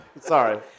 Sorry